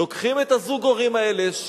לוקחים את זוג הורים האלה,